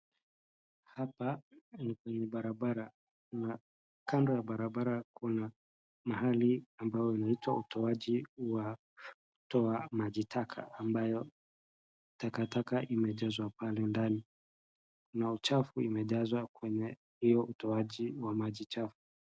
Hapa ni kwenye barabara na kando ya barabara kuna mahali ambao inaitwa utoaji wa kutoa majitaka ambayo takataka imejazwa pale ndani, na uchafu imejazwa kwenye hio utoaji wa maji chafu.